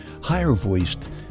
higher-voiced